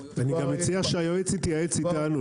אני גם מציע שהיועץ יתייעץ אתנו,